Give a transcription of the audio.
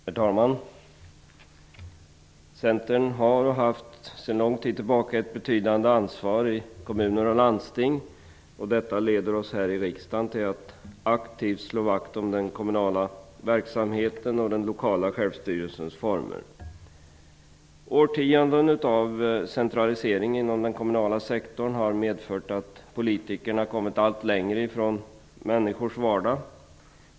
Herr talman! Centern har sedan lång tid tillbaka haft ett betydande ansvar i kommuner och landsting, och det leder oss här i riksdagen till att aktivt slå vakt om den kommunala verksamheten och den lokala självstyrelsens former. Årtionden av centralisering inom den kommunala sektorn har medfört att politikerna kommit allt längre bort från människors vardag.